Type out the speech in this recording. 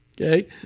Okay